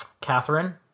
Catherine